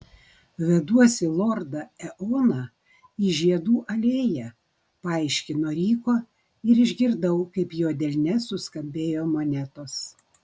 veduosi lordą eoną į žiedų alėją paaiškino ryko ir išgirdau kaip jo delne suskambėjo monetos